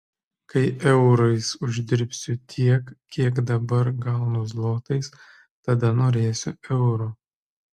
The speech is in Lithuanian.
kai eurais uždirbsiu tiek kiek dabar gaunu zlotais tada norėsiu euro